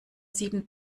sieben